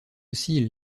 aussi